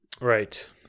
Right